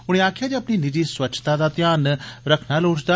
उनें आक्खेआ जे अपनी निजी स्वच्छता दा ध्यान रखना लोड़चदा